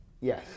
Yes